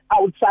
outside